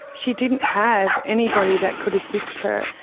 she didn't have anybody that could assist her.